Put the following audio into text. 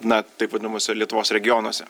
na taip vadinamuose lietuvos regionuose